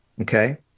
Okay